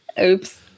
Oops